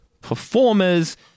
Performers